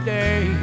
day